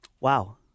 Wow